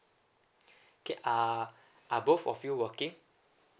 okay are are both of you working